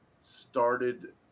started